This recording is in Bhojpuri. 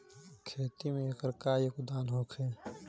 खेती में एकर का योगदान होखे?